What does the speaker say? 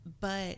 But-